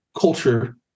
culture